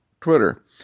Twitter